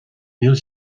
níl